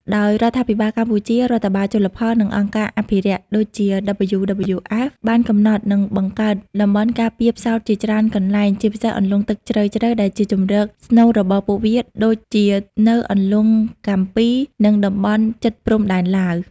ដោយរដ្ឋាភិបាលកម្ពុជា រដ្ឋបាលជលផល និងអង្គការអភិរក្ស (ដូចជា WWF) បានកំណត់ និងបង្កើតតំបន់ការពារផ្សោតជាច្រើនកន្លែង ជាពិសេសអន្លង់ទឹកជ្រៅៗដែលជាជម្រកស្នូលរបស់ពួកវា ដូចជានៅអន្លង់កាំពី និងតំបន់ជិតព្រំដែនឡាវ។